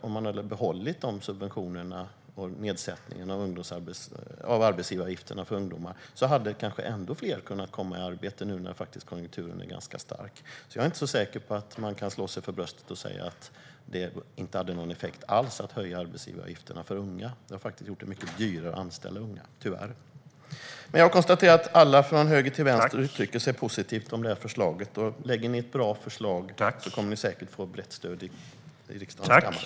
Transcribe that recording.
Om man hade behållit nedsättningen av arbetsgivaravgiften för ungdomar hade kanske ännu fler kunnat komma i arbete nu när konjunkturen är ganska stark. Jag är alltså inte säker på att man kan slå sig för bröstet och säga att det inte hade någon effekt alls att höja arbetsgivaravgiften för unga. Det har faktiskt gjort det mycket dyrare att anställa unga tyvärr. Jag konstaterar att alla från höger till vänster uttrycker sig positivt om det här förslaget. Lägger ni fram ett bra förslag kommer ni säkert att få ett brett stöd i riksdagens kammare.